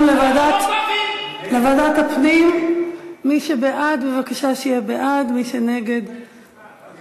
ועדת הפנים, צבועים שכמותכם לא רק אתה, גם